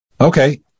Okay